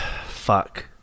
fuck